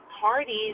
parties